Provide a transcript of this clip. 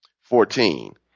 Fourteen